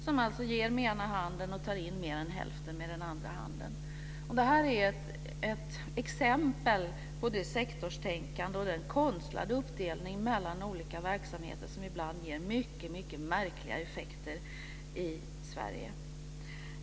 Den ger med den ena handen och tar in mer än hälften med den andra handen. Det här är ett exempel på det sektorstänkande och den konstlade uppdelning mellan olika verksamheter som ibland ger mycket märkliga effekter i Sverige.